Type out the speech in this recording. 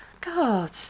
God